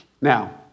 Now